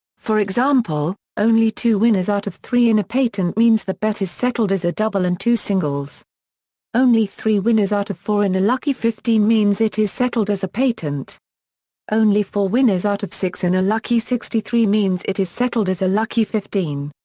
for example, only two winners out of three in a patent means the bet is settled as a double and two singles only three winners out of four in a lucky fifteen means it is settled as a patent only four winners out of six in a lucky sixty three means it is settled as a lucky fifteen.